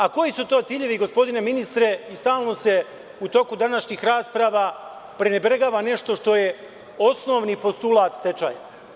A koji su to ciljevi gospodine ministre, stalno se u toku današnjih rasprava prenebregava nešto što je osnovni postulat stečaja?